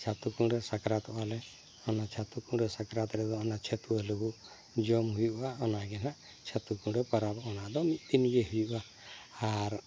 ᱪᱷᱟᱹᱛᱩ ᱠᱩᱬᱟᱹ ᱥᱟᱠᱨᱟᱛᱚᱜ ᱟᱞᱮ ᱚᱱᱟ ᱪᱷᱟᱹᱛᱩ ᱠᱩᱬᱟᱹ ᱥᱟᱠᱨᱟᱛ ᱨᱮᱫᱚ ᱚᱱᱟ ᱪᱷᱟᱹᱛᱩ ᱞᱩᱵᱩᱜ ᱡᱚᱢ ᱦᱩᱭᱩᱜᱼᱟ ᱚᱱᱟᱜᱮ ᱱᱟᱜ ᱪᱷᱟᱹᱛᱩ ᱠᱩᱬᱟᱹ ᱯᱟᱨᱟᱵᱽ ᱚᱱᱟ ᱫᱚ ᱢᱤᱫ ᱫᱤᱱᱜᱮ ᱦᱩᱭᱩᱜᱼᱟ ᱟᱨ